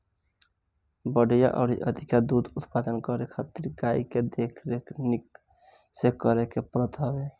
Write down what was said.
बढ़िया अउरी अधिका दूध उत्पादन करे खातिर गाई के देख रेख निक से करे के पड़त हवे